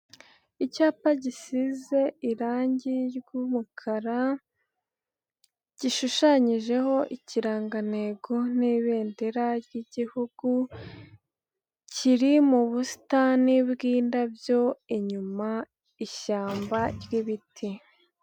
Icyapa gisize irangi ryumukara gishushanyijeho ikirangantego n'ibendera ry'igihugu kiri mu busitani bw'indabyo inyuma ishyamba ry'ibiti.